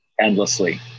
endlessly